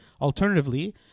alternatively